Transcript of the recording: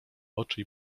oczy